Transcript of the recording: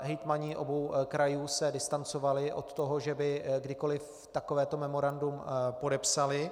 Hejtmani obou krajů se distancovali od toho, že by kdykoli takovéto memorandum podepsali.